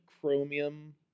chromium